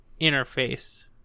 interface